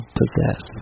possess